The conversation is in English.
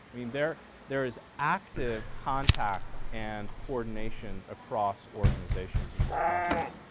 i mean, there there is active contact and coordination across organizations in this process.